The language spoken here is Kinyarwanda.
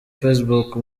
facebook